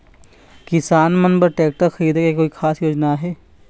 किसान मन बर ट्रैक्टर खरीदे के कोई खास योजना आहे?